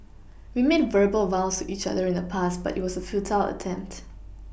we made verbal vows to each other in the past but it was a futile attempt